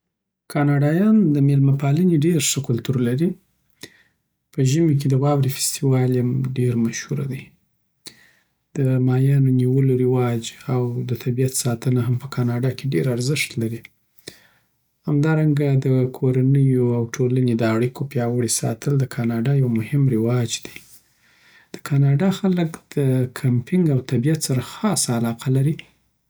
کاناډایان د مېلمه پالنې ډیر ښه کلتور لری په ژمي کې د واوړی فسټیوال یی هم ډېره مشهوره دی دماهیانو نیولو رواج او د طبیعت ساتنه هم په کاناډا کې ډېر ارزښت لري همدا رنګه، د کورنیو او ټولنې د اړیکو پیاوړې ساتل د کاناډا یو مهم رواج دی. دکاناډا خلګ د کیمپینګ او طبیعت سره خاصه علاقه لری